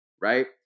Right